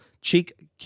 cheek